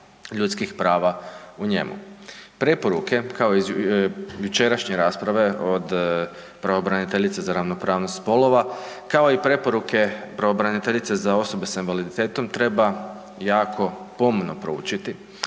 ljudskih prava u njemu. Preporuke, kao jučerašnje rasprave od pravobraniteljice za ravnopravnost spolova kao i preporuke pravobraniteljice za osobe s invaliditetom treba jako pomno proučiti